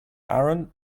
aaron